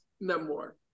memoir